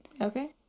Okay